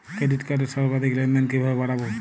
Credit কার্ডের সর্বাধিক লেনদেন কিভাবে বাড়াবো?